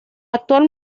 actual